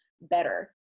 better